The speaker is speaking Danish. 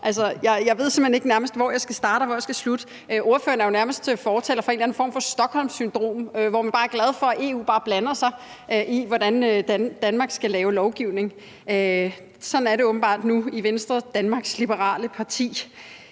starte, og hvor jeg skal slutte. Ordføreren er jo nærmest fortaler for en eller anden form for stockholmsyndrom, hvor man bare er glad for, at EU blander sig i, hvordan Danmark skal lave lovgivning. Sådan er det åbenbart nu i Venstre, Danmarks Liberale Parti.